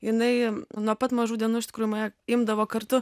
jinai nuo pat mažų dienų iš tikrųjų mane imdavo kartu